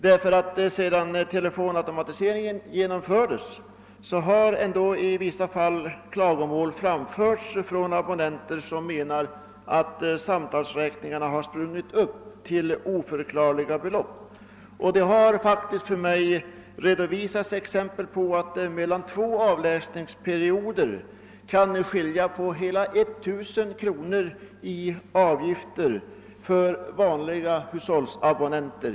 Det har sedan automatisk samtalsmarkering genomfördes i vissa fall framförts klagomål från abonnenter på att samtalsräkningar sprungit upp till oförklarligt höga belopp. Det har för mig redovisats exempel, där telefonräkningens belopp faktiskt kunnat uppvisa en skillnad mellan två avläsningsperioder på hela 1000 kronor för vanliga hushållsabonnenter.